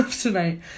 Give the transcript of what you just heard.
tonight